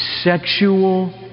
sexual